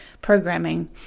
programming